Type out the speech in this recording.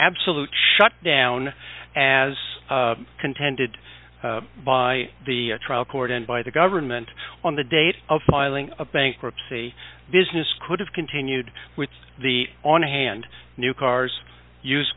absolute shut down as contended by the trial court and by the government on the date of filing a bankruptcy business could have continued with the on hand new cars used